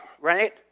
right